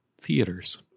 Theaters